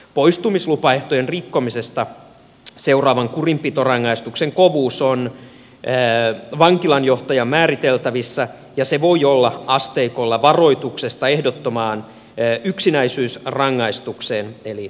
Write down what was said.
poistumislupaehtojen rikkomisesta seuraavan kurinpitorangaistuksen kovuus on vankilanjohtajan määriteltävissä ja se voi olla asteikolla varoituksesta ehdottomaan yksinäisyysrangaistukseen eli eristysselliin